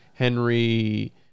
Henry